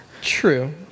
True